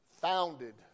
founded